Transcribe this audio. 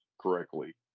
correctly